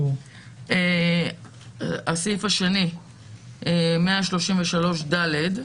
ההסתייגות השנייה, בסעיף 133ד,